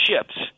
ships –